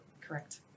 Correct